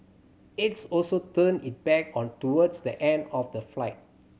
aides also turned it back on toward the end of the flight